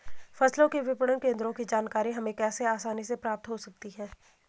फसलों के विपणन केंद्रों की जानकारी हमें कैसे आसानी से प्राप्त हो सकती?